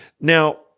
Now